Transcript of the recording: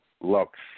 Lux